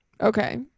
Okay